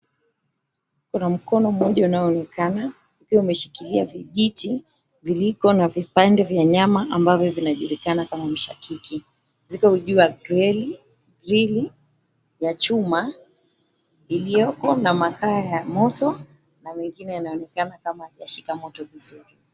Kuna mkono mmoja unaoonekana ukiwa umeshikilia vijiti viliko na vipande vya nyama ambavyo vinajulikana kama mshakiki. Ziko juu ya grili ya chuma iliyoko na makaa ya moto, na mengine yanaonekana kama hayajashika moto vizuri.